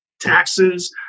taxes